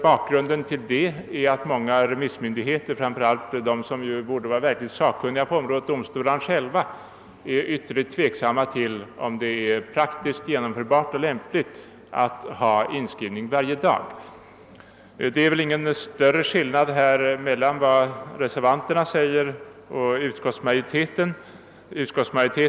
Bakgrunden därtill är att många remissmyndigheter, framför allt de som borde vara verkligt sakkunniga på området, d.v.s. domstolarna själva, ställer sig ytterligt tveksamma till om det är praktiskt genomförbart eller lämpligt att ha inskrivning varje dag. Det föreligger emellertid ingen större skillnad mellan vad reservanterna och utskottsmajoriteten säger.